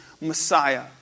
Messiah